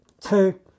two